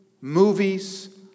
movies